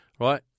Right